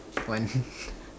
want